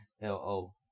L-O